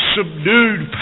subdued